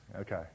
Okay